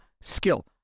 Skill